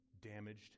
damaged